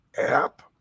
app